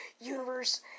Universe